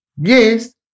yes